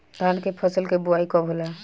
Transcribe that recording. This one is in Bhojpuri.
धान के फ़सल के बोआई कब होला?